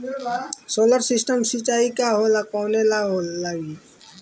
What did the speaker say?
Solar system सिचाई का होला कवने ला लागी?